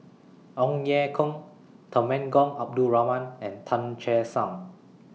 Ong Ye Kung Temenggong Abdul Rahman and Tan Che Sang